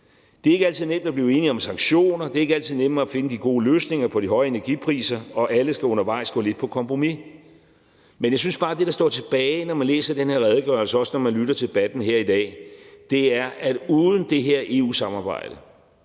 Det er ikke altid nemt at blive enige om sanktioner, det er ikke altid nemt at finde de gode løsninger på de høje energipriser, og alle skal undervejs gå lidt på kompromis. Men jeg synes bare, at det, der står tilbage, når man læser den her redegørelse, også når man lytter til debatten her i dag, er, at uden det her EU-samarbejde,